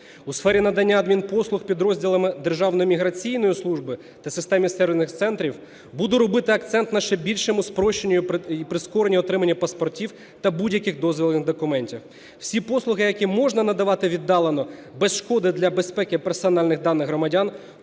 У сфері надання адмінпослуг підрозділами Державної міграційної служби та системі сервісних центрів буду робити акцент на ще більшому спрощенні і прискоренні отримання паспортів та будь-яких дозвільних документів. Всі послуги, які можна надавати віддалено без шкоди для безпеки персональних даних громадян,